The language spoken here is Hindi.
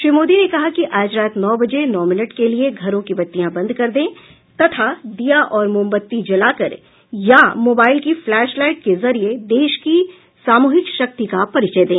श्री मोदी ने कहा कि आज रात नौ बजे नौ मिनट के लिए घरों की बत्तियां बंद करें तथा दीया और मोमबत्ती जलाकर या मोबाइल की फ्लैश लाइट के जरिए देश की सामूहिक शक्ति का परिचय दें